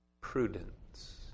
Prudence